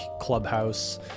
clubhouse